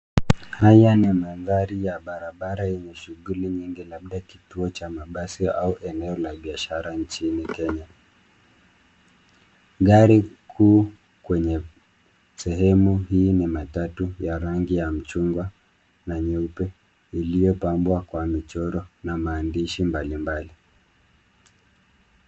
Haya ni mandhari ya barabara yenye shughuli nyingi labda kituo cha mabasi au eneo la biashara nchini Kenya. Gari kuu kwenye sehemu hii ni matatu ya rangi ya mchungwa na nyeupe iliyopambwa kwa michoro na maandishi mbalimbali.